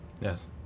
Yes